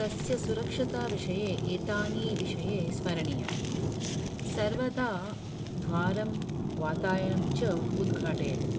तस्य सुरक्षाताविषये एतानि विषये स्मरणीयं सर्वदा द्वारं वातायनम् च उद्घाटयतु